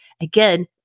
again